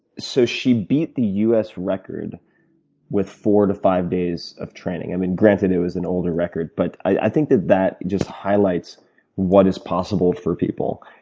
so she beat the us record with four to five days of training. and granted, it was an older record but i think that that just highlights what is possible for people.